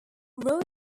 royal